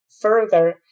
further